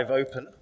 open